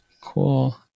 Cool